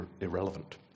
irrelevant